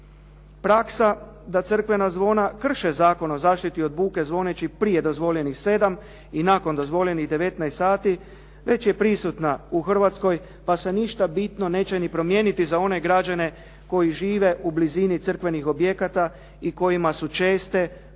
Praksa da crkvena zvona krše Zakon o zaštiti od buke zvoneći prije dozvoljenih 7 i nakon dozvoljenih 19,00 sati već je prisutna u Hrvatskoj pa se ništa bitno neće ni promijeniti za one građane koji žive u blizini crkvenih objekata i kojima su česte bučne